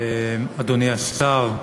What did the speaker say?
אדוני השר,